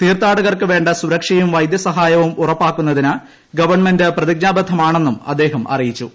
തീർത്ഥാടകർക്ക് വേണ്ട സുരക്ഷയും വൈദ്യസഹായവും ഉറപ്പാക്കുന്നതിന് ഗവൺമെന്റ് പ്രതിജ്ഞാബദ്ധമാണെന്നും അദ്ദേഹം അറിയിച്ചു